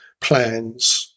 plans